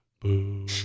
Boo